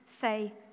say